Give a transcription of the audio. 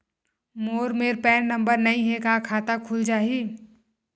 मोर मेर PAN number नई हे का खाता खुल जाही?